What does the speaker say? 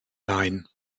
nein